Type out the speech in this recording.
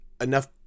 enough